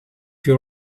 you